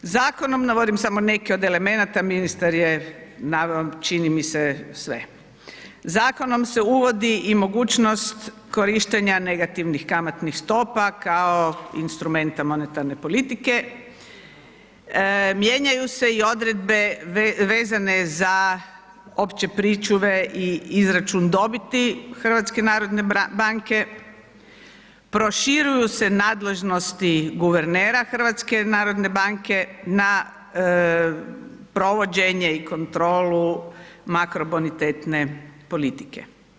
Zakonom, navodim samo neke od elemenata, ministar je naveo čini mi se sve, zakonom se uvodi i mogućnost korištenja negativnih kamatnih stopa kao instrumenta monetarne politike, mijenjaju se i odredbe vezane za opće pričuve i izračun dobiti HNB-a, proširuju se nadležnosti guvernera HNB-a na provođenje i kontrolu makrobonitetne politike.